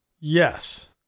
Yes